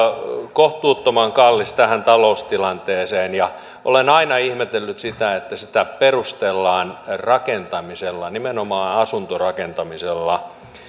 kohtuuttoman kallis tähän taloustilanteeseen ja olen aina ihmetellyt sitä että sitä perustellaan rakentamisella nimenomaan asuntorakentamisella